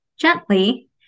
gently